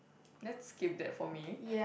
let's skip that for me